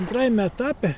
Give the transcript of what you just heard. antrajame etape